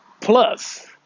plus